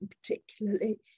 particularly